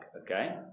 okay